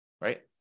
right